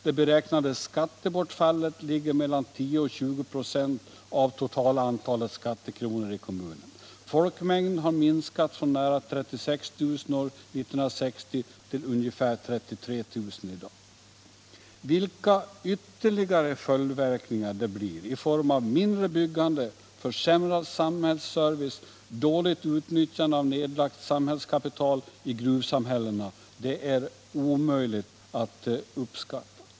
Det beräknade skattebortfallet ligger mellan 10 och 20 96 av totala antalet skattekronor i kommunen. Folkmängden har minskat från nära 36 000 år 1960 till ungefär 33 000 i dag. Vilka ytterligare följdverkningar det blir i form av mindre byggande, försämrad samhällsservice, dåligt utnyttjande av nedlagt samhällskapital i gruvsamhällena är omöjligt att uppskatta.